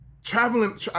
Traveling